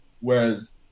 Whereas